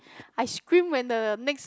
I scream when the next